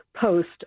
post